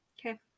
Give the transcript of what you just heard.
Okay